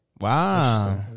Wow